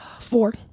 Four